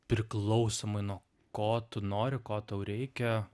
priklausomai nuo ko tu nori ko tau reikia